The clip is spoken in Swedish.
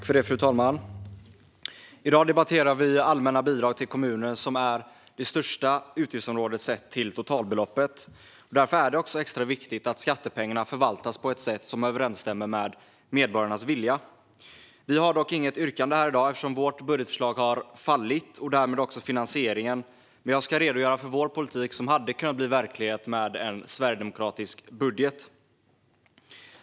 Fru talman! I dag debatterar vi allmänna bidrag till kommuner. Det är det största utgiftsområdet sett till totalbeloppet, och därför är det extra viktigt att skattepengarna förvaltas på ett sätt som överensstämmer med medborgarnas vilja. Vi har dock inget yrkande här i dag eftersom vårt budgetförslag har fallit och därmed också finansieringen, men jag ska redogöra för vår politik på området som hade kunnat bli verklighet med en sverigedemokratisk budget.